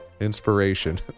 Inspiration